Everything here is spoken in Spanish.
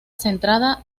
centrada